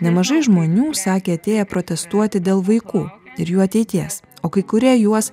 nemažai žmonių sakė atėję protestuoti dėl vaikų ir jų ateities o kai kurie juos